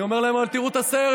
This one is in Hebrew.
אני אומר להם: אבל תראו את הסרט.